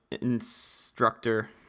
instructor